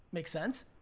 makes sense.